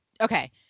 okay